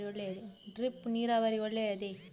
Drip ನೀರಾವರಿ ಒಳ್ಳೆಯದೇ?